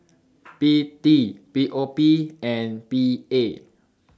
P T P O P and P A